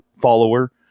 follower